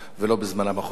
ולא בזמנם החופשי.